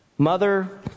Mother